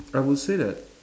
I would say that